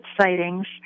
sightings